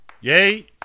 yay